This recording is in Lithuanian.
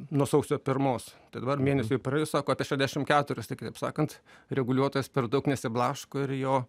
nuo sausio pirmos tai dabar mėnesiui praėjus sako apie šešiasdešim keturis kaip sakant reguliuotojas per daug nesiblaško ir jo